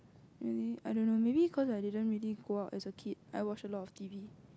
really I don't know maybe cause I didn't really go out as a kid I watch a lot of T_V